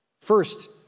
First